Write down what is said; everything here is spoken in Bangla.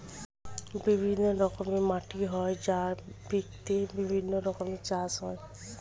বিভিন্ন রকমের মাটি হয় যার ভিত্তিতে বিভিন্ন রকমের চাষ হয়